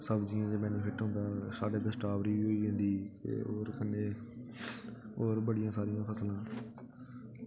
सब्जियें चा गंद निकलदा साढ़े इद्धर स्ट्राबैरी होई जंदी ते होर कन्नै होर बी बड़ियां सारियां फसलां